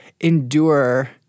endure